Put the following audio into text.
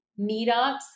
Meetups